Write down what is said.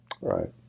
Right